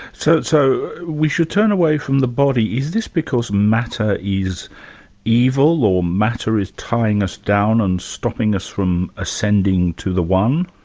so so we should turn away from the body. is this because matter is evil or matter is tying us down and stopping us from ascending to the one?